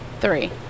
Three